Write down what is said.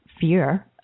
fear